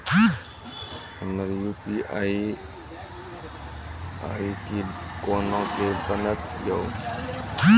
हमर UPI ID कोना के बनत यो?